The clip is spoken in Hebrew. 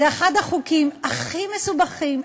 זה אחד החוקים הכי מסובכים,